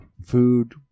food